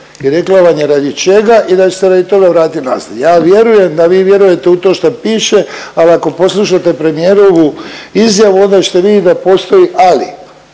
I rekla vam je radi čega i da će se radi toga vratit nazad. Ja vjerujem da vi vjerujete u to šta piše ali ako poslušate premijerovu izjavu onda ćete vidjet da postoji ali.